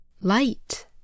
light